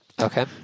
Okay